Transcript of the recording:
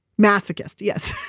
masochist, yes.